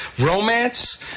romance